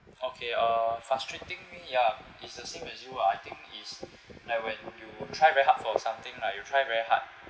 okay uh frustrating me ya is the same as you lah I think is you know when you try very hard or something like you try very hard